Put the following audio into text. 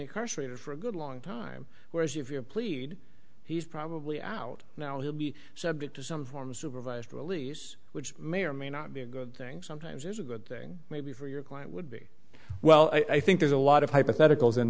incarcerate for a good long time whereas if you plead he's probably out now he'll be subject to some form supervised release which may or may not be a good thing sometimes is a good thing maybe for your client would be well i think there's a lot of hypotheticals i